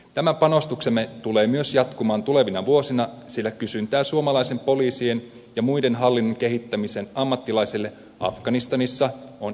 tämä panostuksemme tulee myös jatkumaan tulevina vuosina sillä kysyntä suomalaisille poliiseille ja muille hallinnon kehittämisen ammattilaisille afganistanissa on edelleen suurta